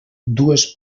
dues